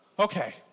Okay